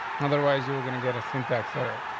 otherwise, you're gonna get a syntax error.